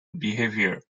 behaviour